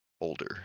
older